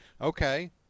Okay